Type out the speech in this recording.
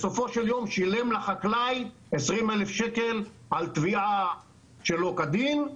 בסופו של יום הוא שילם לחקלאי 20,000 שקלים על תביעה שלא כדין,